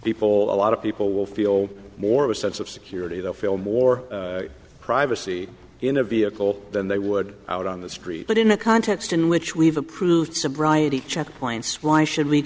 people a lot of people will feel more of a sense of security they'll feel more privacy in a vehicle than they would out on the street but in a context in which we've approved sobriety checkpoints why should we